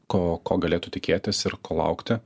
ko ko galėtų tikėtis ir ko laukti